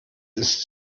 ist